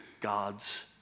God's